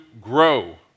grow